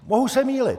Mohu se mýlit.